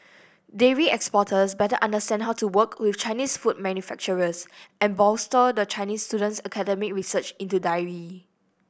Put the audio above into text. dairy exporters better understand how to work with Chinese food manufacturers and bolster the Chinese student's academic research into dairy